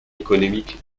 économique